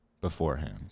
beforehand